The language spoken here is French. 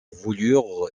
voulurent